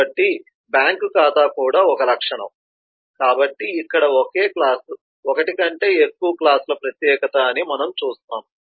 కాబట్టి బ్యాంక్ ఖాతా కూడా ఒక లక్షణం కాబట్టి ఇక్కడ ఒకే క్లాస్ ఒకటి కంటే ఎక్కువ క్లాస్ల ప్రత్యేకత అని మనం చూస్తాము